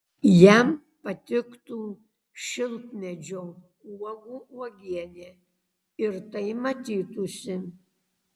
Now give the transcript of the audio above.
jam patiktų šilkmedžio uogų uogienė ir tai matytųsi